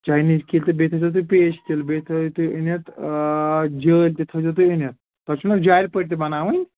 Chinese کِلۍ تہٕ بیٚیہِ تھٲوِزیٚو تُہۍ پیچ کِلۍ بیٚیہِ تھٲوِو تُہۍ أنِتھ آ جٲلۍ تہِ تھٲوزیٚو تُہۍ أنِتھ تۄہہِ چھِو نا جالہِ پٔٹۍ تہِ بَناوٕنۍ